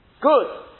Good